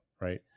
right